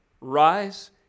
Rise